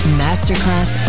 masterclass